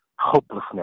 Hopelessness